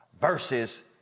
versus